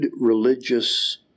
religious